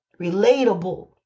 relatable